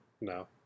No